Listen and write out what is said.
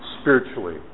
spiritually